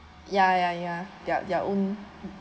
ya ya ya their their own